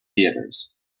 theatres